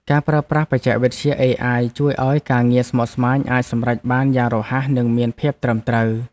ការប្រើប្រាស់បច្ចេកវិទ្យាអេអាយជួយឱ្យការងារស្មុគស្មាញអាចសម្រេចបានយ៉ាងរហ័សនិងមានភាពត្រឹមត្រូវ។